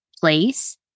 place